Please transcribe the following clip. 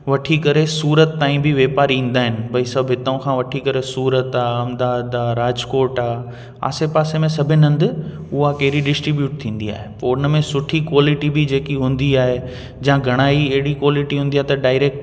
वठी करे सूरत ताईं बि वापारी ईंदा आहिनि भाई सभु हितां खां वठी करे सूरत आहे अहमदाबाद आहे राजकोट आहे आसे पासे में सभिनि हंधु उहा कैरी डीस्ट्रिब्यूट थींदी आहे पोइ उन में सुठी क़्वालिटी बि जेकी हूंदी आहे जां घणा ई अहिड़ी क़्वालिटी हूंदी आहे त डाइरेक्ट